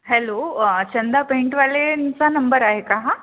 hello वा चंदा पेंटवालेंचा number आहे का हा